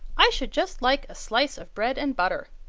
i should just like a slice of bread and butter!